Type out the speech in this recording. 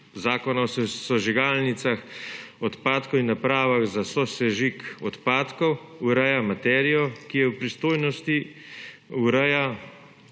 zakona o sežigalnicah odpadkov in napravah za sosežig odpadkov ureja materijo, ki je v pristojnosti urejanje